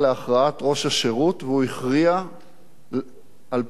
והוא הכריע על-פי דעתי ולא על-פי דעת גדעון.